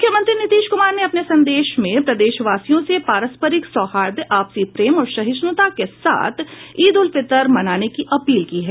मुख्यमंत्री नीतीश कुमार ने अपने संदेश में प्रदेशवासियों से पारस्परिक सौहार्द आपसी प्रेम और सहिष्णुता के साथ ईद उल फितर मनाने की अपील की है